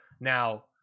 Now